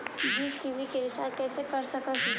Dish TV के recharge कैसे कर सक हिय?